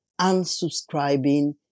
unsubscribing